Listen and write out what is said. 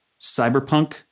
cyberpunk